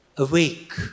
Awake